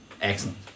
excellent